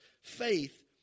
Faith